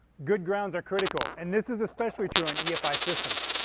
good grounds are critical and this is especially true on efi systems.